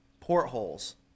portholes